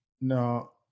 No